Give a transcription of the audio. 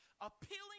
appealing